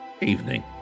Evening